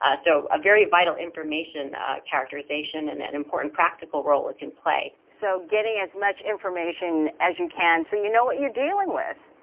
ah so a very vital information characterization and an important role role it can play. so getting as much information as you can, so you know what you're dealing with?